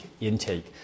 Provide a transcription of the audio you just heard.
intake